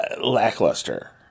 lackluster